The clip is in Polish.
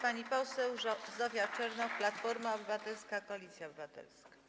Pani poseł Zofia Czernow, Platforma Obywatelska - Koalicja Obywatelska.